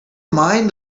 mind